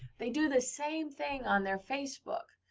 they do the same thing on their facebook.